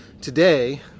today